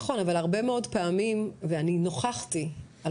נכון אבל הרבה מאוד פעמים ואני נוכחתי על